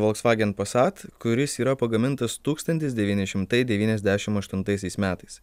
volkswagen passat kuris yra pagamintas tūkstantis devyni šimtai devyniasdešimt aštuntaisiais metais